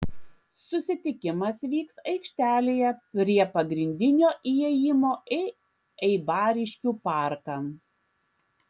susitikimas vyks aikštelėje prie pagrindinio įėjimo į eibariškių parką